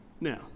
Now